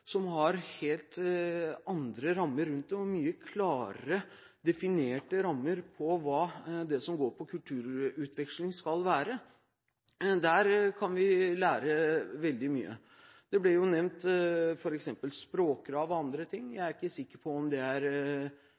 som har helt andre rammer rundt dette – mye klarere definerte rammer rundt det som går på kulturutveksling. Der kan vi lære veldig mye. Det er her blitt nevnt f.eks. språkkrav og andre ting. Jeg er ikke sikker på om